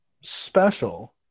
special